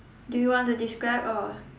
do you want to describe or